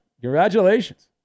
Congratulations